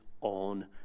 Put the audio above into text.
on